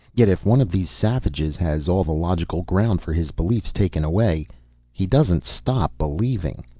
yet if one of these savages has all the logical ground for his beliefs taken away he doesn't stop believing.